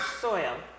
soil